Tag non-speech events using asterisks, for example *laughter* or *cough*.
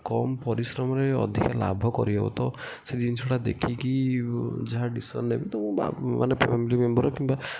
କମ୍ ପରିଶ୍ରମରେ ଅଧିକା ଲାଭ କରିହେବ ତ ସେ ଜିନିଷଟା ଦେଖିକି ଯାହା ଡିସିସନ୍ ନେବି ତ ମୁଁ *unintelligible* ମାନେ ଫ୍ୟାମିଲି ମେମ୍ବର୍ କିମ୍ବା